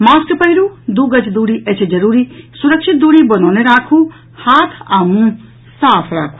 mask पहिरू दू गज दूरी अछि जरूरी सुरक्षित दूरी बनौने राखू हाथ आ मुंह साफ राखू